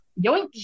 Yoink